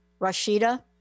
Rashida